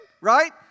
Right